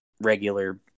regular